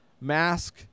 mask